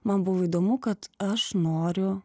man buvo įdomu kad aš noriu